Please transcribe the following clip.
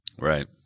Right